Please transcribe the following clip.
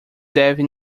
devem